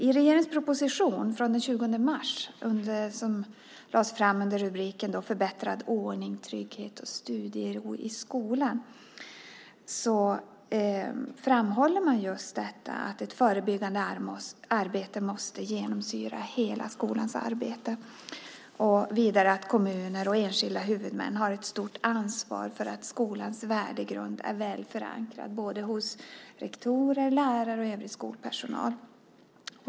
I regeringens proposition från den 20 mars som lades fram med rubriken Förbättrad ordning, trygghet och studiero i skolan framhåller man att ett förebyggande arbete måste genomsyra hela skolans arbete. Vidare säger man att kommuner och enskilda huvudmän har ett stort ansvar för att skolans värdegrund är väl förankrad hos rektorer, lärare och övrig skolpersonal.